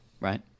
right